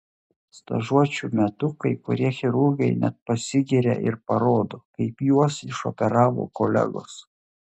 stažuočių metu kai kurie chirurgai net pasigiria ir parodo kaip juos išoperavo kolegos